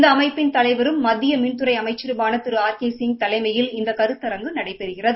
இந்த அமைப்பின் தலைவரும் மத்திய மின்துறை அமைச்சருமான திரு ஆர் கே சிங் தலைமயில் இந்த கருத்தரங்கு நடைபெறுகிறது